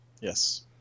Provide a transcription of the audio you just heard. Yes